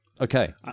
Okay